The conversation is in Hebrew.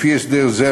לפי הסדר זה,